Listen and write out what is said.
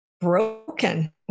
broken